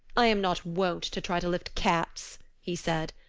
i am not wont to try to lift cats, he said.